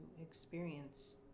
experience